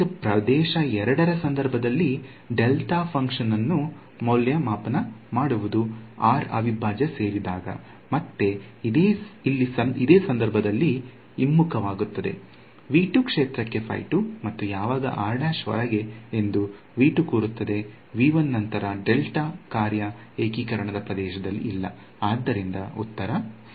ಈಗ ಪ್ರದೇಶ 2 ರ ಸಂದರ್ಭದಲ್ಲಿ ಡೆಲ್ಟಾ ಫಂಕ್ಷನ್ ಅನ್ನು ಮೌಲ್ಯಮಾಪನ ಮಾಡುವುದು r ಅವಿಭಾಜ್ಯ ಸೇರಿದಾಗ ಮತ್ತೆ ಇಲ್ಲಿ ಸಂದರ್ಭಗಳು ಹಿಮ್ಮುಖವಾಗುತ್ತವೆ ಕ್ಷೇತ್ರಕ್ಕೆ ಮತ್ತು ಯಾವಾಗ ಹೊರಗೆ ಎಂದು ಕೂರುತ್ತದೆ ನಂತರ ಡೆಲ್ಟಾ ಕಾರ್ಯ ಏಕೀಕರಣದ ಪ್ರದೇಶದಲ್ಲಿ ಇಲ್ಲ ಆದ್ದರಿಂದ ಉತ್ತರ 0